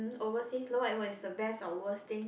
overseas you know what it was it's the best or worst thing